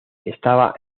estaba